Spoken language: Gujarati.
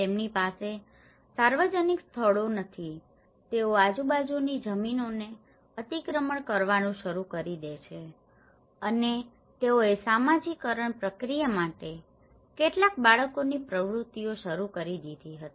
તેમની પાસે સાર્વજનિક સ્થળો નથી તેઓ આજુબાજુની જમીનોને અતિક્રમણ કરવાનું શરૂ કરી દે છે અને તેઓએ સામાજિકકરણ પ્રક્રિયા માટે કેટલાક બાળકોની પ્રવૃત્તિઓ શરૂ કરી દીધી હતી